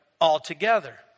altogether